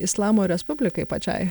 islamo respublikai pačiai